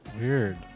Weird